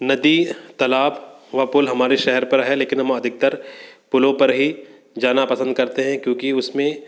नदी तलाब व पुल हमारे शहर पर है लेकिन हम अधिकतर पुलों पर ही जाना पसंद करते हैं क्योंकि उसमें